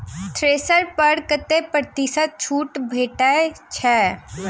Thresher पर कतै प्रतिशत छूट भेटय छै?